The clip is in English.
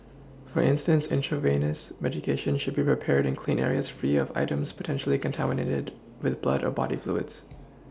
for instance intravenous medications should be prepared in clean areas free of items potentially contaminated with blood or body fluids